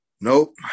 Nope